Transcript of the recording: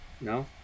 No